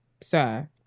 sir